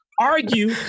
Argue